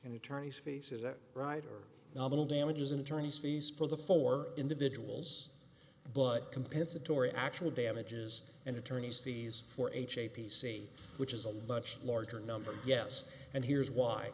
and attorney space is that right or nominal damages and attorneys fees for the four individuals but compensatory actual damages and attorney's fees for ha p c which is a much larger number yes and here's why